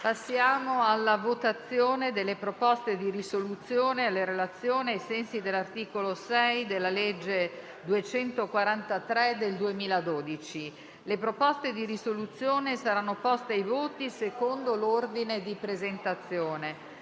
dunque alla votazione delle proposte di risoluzione alla relazione ai sensi dell'articolo 6, comma 5, della legge n. 243 del 2012. Le proposte di risoluzione saranno poste ai voti secondo l'ordine di presentazione.